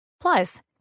Plus